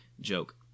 joke